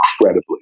incredibly